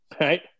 Right